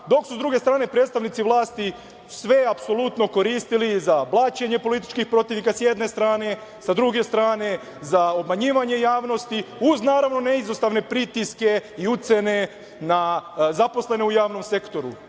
dok su sa druge strane predstavnici vlasti sve apsolutno koristili za blaćenje političkih protivnika sa jedne strane, a sa druge strane za obmanjivanje javnosti, uz naravno neizostavne pritiske i ucene na zaposlene u javnom sektoru,